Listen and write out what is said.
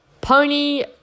Pony